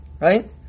right